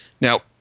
Now